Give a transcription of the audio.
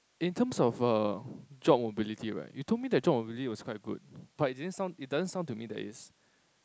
in terms of err job mobility right you told me that job mobility was quite good but it didn't sound it doesn't sound to me that it is